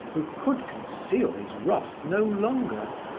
who could conceal his wrath no longer.